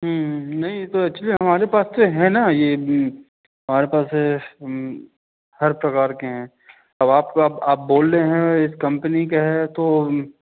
नहीं तो एक्चुली हमारे पास से हैं ना ये हमारे पास है हर प्रकार के हैं अब आपको आप आप बोल रहे हैं इस कम्पनी के हैं तो